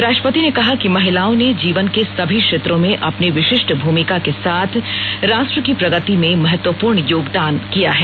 राष्ट्रपति ने कहा कि महिलाओं ने जीवन के सभी क्षेत्रों में अपनी विशिष्ट भूमिका के साथ राष्ट्र की प्रगति में महत्वपूर्ण योगदान किया है